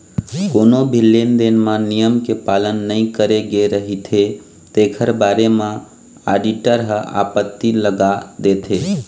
कोनो भी लेन देन म नियम के पालन नइ करे गे रहिथे तेखर बारे म आडिटर ह आपत्ति लगा देथे